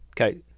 Okay